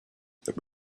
that